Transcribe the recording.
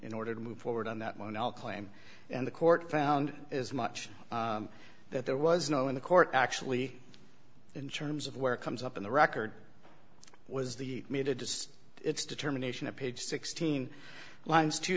in order to move forward on that one i'll claim and the court found as much that there was no in the court actually in terms of where it comes up in the record was the me to decide its determination a page sixteen lines t